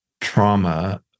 trauma